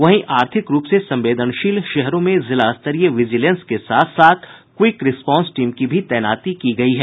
वहीं आर्थिक रूप से संवेदनशील शहरों में जिलास्तरीय विजिलेंस के साथ साथ क्विक रिस्पॉस टीम की भी तैनाती की गयी है